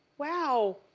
wow,